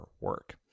work